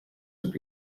would